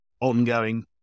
ongoing